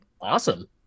Awesome